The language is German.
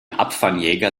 abfangjäger